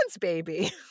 baby